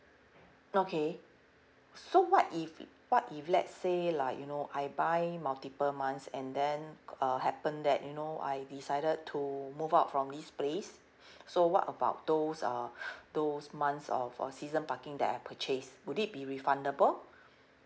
okay so what if what if let's say like you know I buy multiple months and then uh happen that you know I decided to move out from this place so what about those uh those months of uh season parking that I purchased would it be refundable